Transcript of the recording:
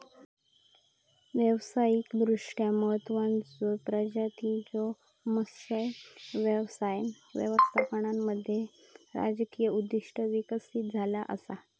व्यावसायिकदृष्ट्या महत्त्वाचचो प्रजातींच्यो मत्स्य व्यवसाय व्यवस्थापनामध्ये राजकीय उद्दिष्टे विकसित झाला असा